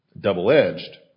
double-edged